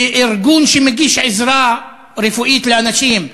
בארגון שמגיש עזרה רפואית לאנשים,